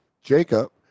Jacob